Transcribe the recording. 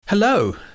Hello